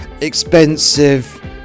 expensive